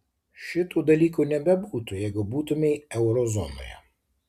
šitų dalykų nebebūtų jeigu būtumei euro zonoje